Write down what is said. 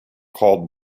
called